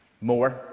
More